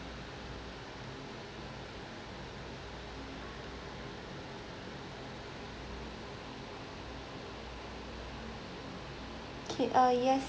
okay uh yes